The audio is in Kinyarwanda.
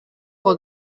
kuwa